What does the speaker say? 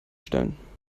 stellen